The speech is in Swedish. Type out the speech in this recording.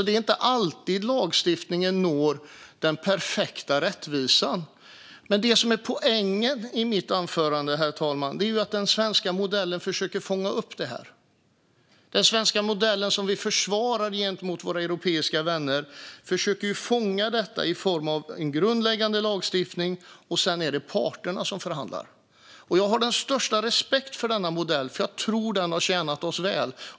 Det är inte alltid lagstiftningen når den perfekta rättvisan. Men poängen i mitt anförande, herr talman, är att den svenska modellen försöker fånga upp detta. Den svenska modellen, som vi försvarar gentemot våra europeiska vänner, försöker fånga detta i form av en grundläggande lagstiftning, och sedan är det parterna som förhandlar. Jag har den största respekt för denna modell, för jag tror att den har tjänat oss väl.